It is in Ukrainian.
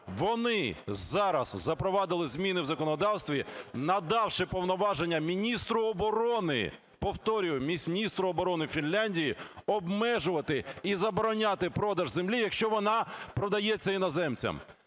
Вони зараз запровадили зміни в законодавстві, надавши повноваження міністру оборони, повторюю, міністру оборони Фінляндії, обмежувати і забороняти продаж землі, якщо вона продається іноземцям.